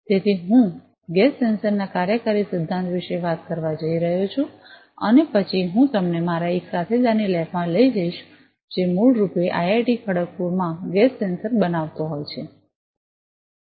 તેથી હું ગેસ સેન્સરના કાર્યકારી સિધ્ધાંત વિશે વાત કરવા જઇ રહ્યો છું અને પછી હું તમને મારા એક સાથીદારની લેબમાં લઈ જઈશ જે મૂળરૂપે આઇઆઇટી ખડગપુરમાં ગેસ સેન્સર બનાવતો હોય છે